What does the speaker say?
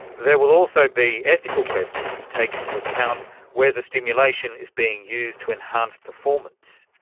there will also be ethical questions to take into account where the stimulation is being used to enhance performance.